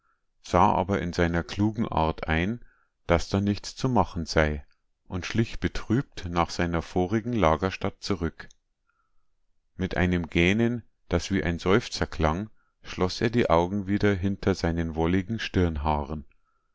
sah aber in seiner klugen art ein daß da nichts zu machen sei und schlich betrübt nach seiner vorigen lagerstatt zurück mit einem gähnen das wie ein seufzer klang schloß er die augen wieder hinter seinen